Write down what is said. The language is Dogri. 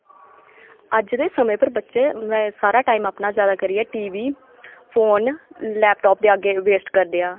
अज्ज दे समे पर बिच्च सारा टाईम अपना जादा करियै टी बी फोन लैपटॉप दे अग्गे बेस्ट करदे आ